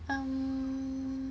um